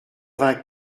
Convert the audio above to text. vingt